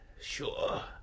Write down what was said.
Sure